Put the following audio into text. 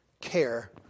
care